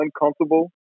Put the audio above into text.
uncomfortable